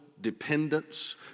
Dependence